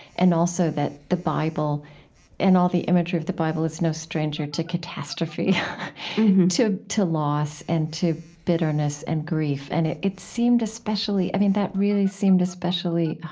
and also that the bible and all the imagery of the bible is no stranger to catastrophe mm-hmm to loss and to bitterness and grief. and it it seemed especially, i mean, that really seemed especially